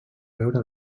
veure